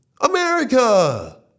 America